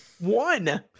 One